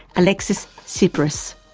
alexis tsipras.